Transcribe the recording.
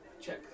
check